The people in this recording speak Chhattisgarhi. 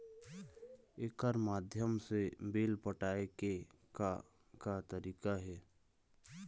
एकर माध्यम से बिल पटाए के का का तरीका हे?